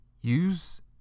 Use